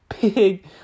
big